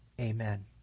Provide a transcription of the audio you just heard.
Amen